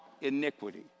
iniquity